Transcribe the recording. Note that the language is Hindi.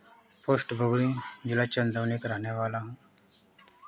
पोस्ट बबुरी जिला चंदौरी का रहने वाला हूँ